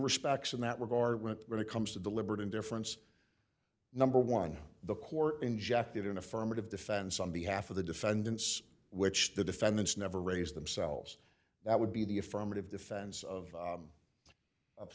respects in that regard when it comes to deliberate indifference number one the court injected in affirmative defense on behalf of the defendants which the defendants never raise themselves that would be the affirmative defense of